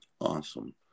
Awesome